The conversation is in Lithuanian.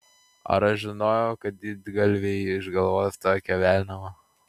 ar aš žinojau kad didgalviai išgalvos tokią velniavą